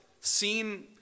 seen